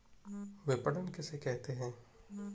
विपणन किसे कहते हैं?